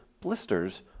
blisters